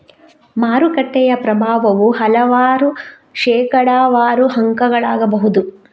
ಮಾರುಕಟ್ಟೆಯ ಪ್ರಭಾವವು ಹಲವಾರು ಶೇಕಡಾವಾರು ಅಂಕಗಳಾಗಬಹುದು